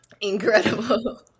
incredible